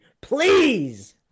please